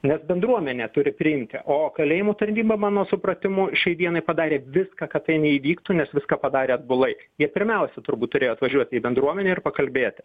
net bendruomenė turi priimti o kalėjimų tarnyba mano supratimu šiai dienai padarė viską kad tai neįvyktų nes viską padarė atbulai jie pirmiausia turbūt turėjo atvažiuoti į bendruomenę ir pakalbėti